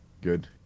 good